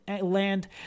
land